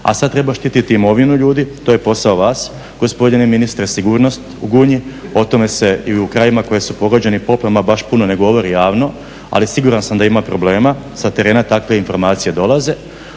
a sada treba štiti imovinu ljudi to je posao vas gospodine ministre, sigurnost u Gunji, o tome se i u krajevima koji su pogođeni poplavama baš puno ne govori javno ali siguran sam da ima problema, sa terena takve informacije dolaze.